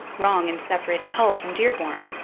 wrong in separating hull from dearborn,